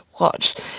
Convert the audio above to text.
watch